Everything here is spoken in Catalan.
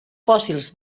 fòssils